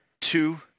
two